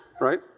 right